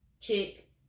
chick